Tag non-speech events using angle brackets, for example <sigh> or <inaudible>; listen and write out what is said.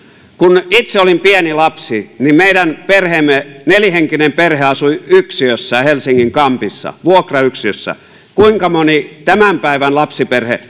kun itse olin pieni lapsi meidän perheemme nelihenkinen perhe asui yksiössä helsingin kampissa vuokrayksiössä kuinka moni tämän päivän lapsiperhe <unintelligible>